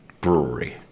brewery